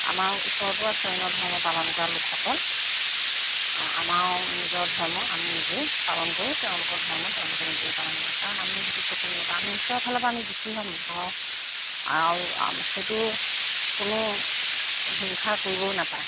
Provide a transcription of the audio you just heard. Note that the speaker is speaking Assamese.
আমাৰ ওচৰতো আছে অন্য ধৰ্ম পালন কৰা লোকসকল আমাৰো নিজৰ ধৰ্ম আমি নিজেই পালন কৰোঁ তেওঁলোকৰ ধৰ্ম তেওঁলোকে নিজেই পালন কৰে কাৰণ আমি সেইটো চকু নিদিওঁ কাৰণ আমি ঈশ্বৰৰ ফালৰ পৰা আমি দুখী হ'ম আৰু সেইটো কোনো হিংসা কৰিবও নাপায়